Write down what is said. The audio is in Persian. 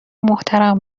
محترم